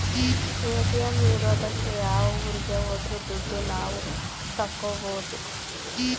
ATM ಇರೋದಕ್ಕೆ ಯಾವ ಊರಿಗೆ ಹೋದ್ರು ದುಡ್ಡು ನಾವ್ ತಕ್ಕೊಬೋದು